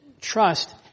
trust